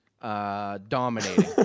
dominating